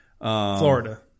Florida